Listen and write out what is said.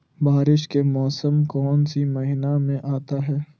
बारिस के मौसम कौन सी महीने में आता है?